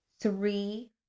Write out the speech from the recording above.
three